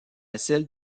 celle